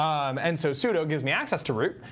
um and so sudo gives me access to root,